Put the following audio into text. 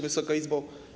Wysoka Izbo!